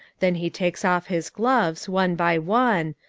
then he takes off his gloves, one by one,